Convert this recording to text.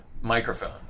microphone